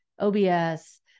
OBS